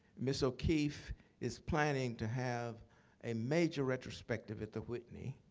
ms. o'keeffe is planning to have a major retrospective at the whitney.